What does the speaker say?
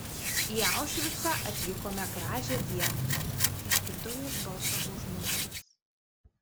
į aušvicą atvykome gražią dieną išgirdau jos balsą už nugaros